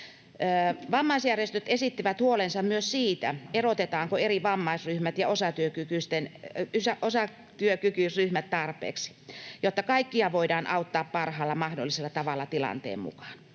Vammaisjärjestöt esittivät huolensa myös siitä, erotetaanko eri vammaisryhmät ja osatyökykyisryhmät tarpeeksi, jotta kaikkia voidaan auttaa parhaalla mahdollisella tavalla tilanteen mukaan.